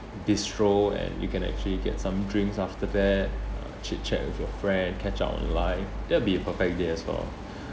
bistro and you can actually get some drinks after that uh chit chat with your friend catch up on life that will be a perfect day as well